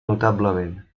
notablement